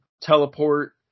teleport